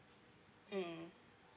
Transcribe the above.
mm